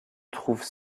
retrouve